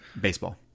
baseball